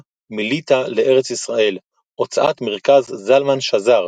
מליטא לארץ ישראל - הוצאת מרכז זלמן שזר,